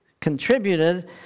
contributed